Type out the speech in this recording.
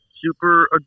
super